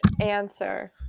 answer